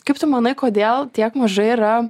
kaip tu manai kodėl tiek mažai yra